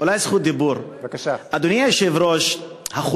אדוני היושב-ראש, אולי זכות דיבור.